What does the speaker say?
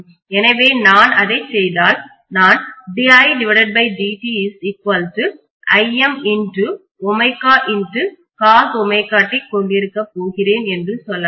எனவே நான் அதை செய்தால் நான் கொண்டிருக்கப் போகிறேன் என்று சொல்லலாம்